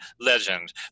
legend